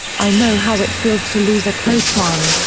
i know how it feels to lose a close one.